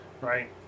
right